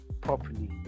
properly